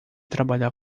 trabalhar